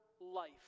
life